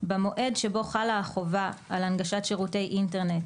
במועד שבו חלה החובה על הנגשת שירותי אינטרנט